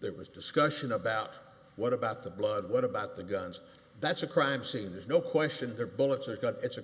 there was discussion about what about the blood what about the guns that's a crime scene there's no question that bullets a gun it's a